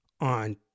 on